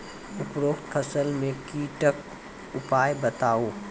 उपरोक्त फसल मे कीटक उपाय बताऊ?